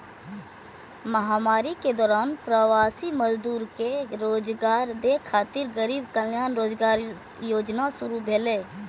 महामारी के दौरान प्रवासी मजदूर कें रोजगार दै खातिर गरीब कल्याण रोजगार योजना शुरू भेलै